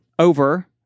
Over